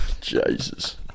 Jesus